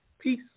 Peace